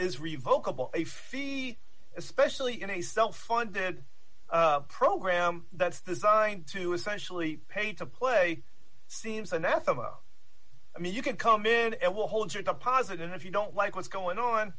is revokable a fee especially in a self funded program that's the sign to essentially pay to play seems anathema i mean you can come in and it will hold your deposit and if you don't like what's going on